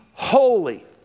Holy